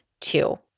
two